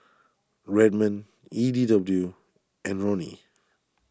Redmond E D W and Roni